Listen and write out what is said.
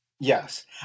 Yes